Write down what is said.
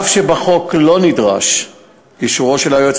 אף-על-פי שבחוק לא נדרש אישורו של היועץ